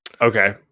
Okay